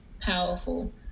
powerful